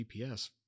GPS